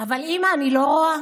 אבל אימא, אני לא רואה,